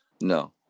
no